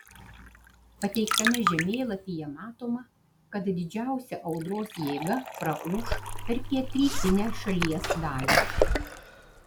pateiktame žemėlapyje matoma kad didžiausia audros jėga praūš per pietrytinę šalies dalį